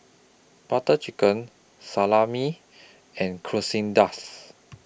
Butter Chicken Salami and Quesadillas